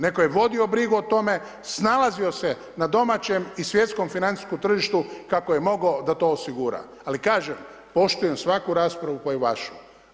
Netko je vodio brigu o tome, snalazio se na domaćem i svjetskim financijskom tržištu kako je mogao da to osigura, ali kažem, poštujem svaku raspravu pa i vašu.